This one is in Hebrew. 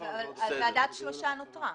ועדת השלושה נותרה?